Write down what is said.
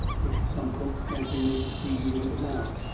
which some folks can't be made to see you ain't now.